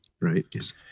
Right